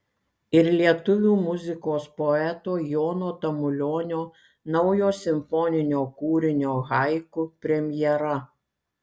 ir lietuvių muzikos poeto jono tamulionio naujo simfoninio kūrinio haiku premjera